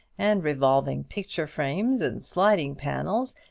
and revolving picture-frames and sliding panels,